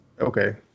Okay